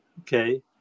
Okay